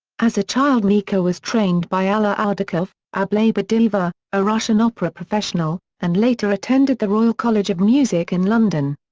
as a child mika was trained by alla ardakov ablaberdyeva, a russian opera professional, and later attended the royal college of music in london.